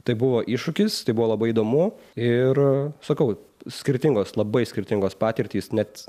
tai buvo iššūkis tai buvo labai įdomu ir sakau skirtingos labai skirtingos patirtys net